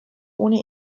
ohne